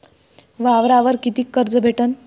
वावरावर कितीक कर्ज भेटन?